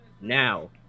Now